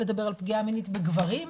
לדבר על פגיעה מינית בגברים,